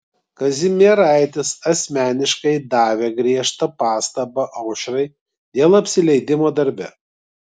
kazimieraitis asmeniškai davė griežtą pastabą aušrai dėl apsileidimo darbe